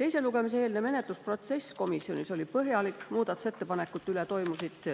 Teise lugemise eelne menetlusprotsess komisjonis oli põhjalik, muudatusettepanekute üle toimusid